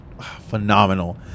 phenomenal